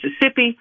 Mississippi